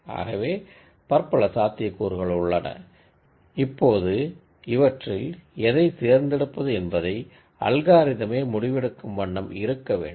ஆகவே பற்பல சாத்தியக்கூறுகள் உள்ளன இப்போது இவற்றில் எதை தேர்ந்தெடுப்பது என்பதை அல்காரிதமே முடிவெடுக்கும் வண்ணம் இருக்கவேண்டும்